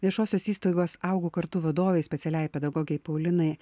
viešosios įstaigos augu kartu vadovei specialiajai pedagogei paulinai